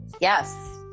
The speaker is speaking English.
yes